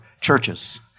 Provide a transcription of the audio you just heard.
churches